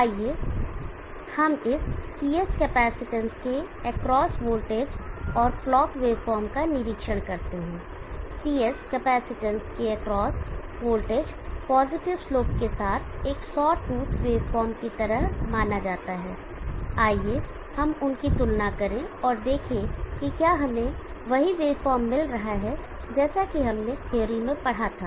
आइए हम इस Cs कैपेसिटेंस के एक्रॉस वोल्टेज और क्लॉक वेवफॉर्म का निरीक्षण करते हैं Cs कैपेसिटेंस के एक्रॉस वोल्टेज पॉजिटिव स्लोप के साथ एक सॉ टूथ वेवफॉर्म की तरह माना जाता है आइए हम उनकी तुलना करें और देखें कि क्या हमें वही वेवफॉर्म मिल रहा है जैसा कि हमने थ्योरी में पढ़ा था